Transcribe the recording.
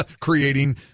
creating